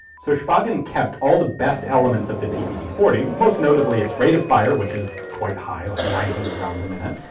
so shpagin kept all the best elements of the ppd forty most, notably, its rate of fire, which is quite high like nine hundred rounds a minute,